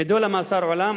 נידון למאסר עולם,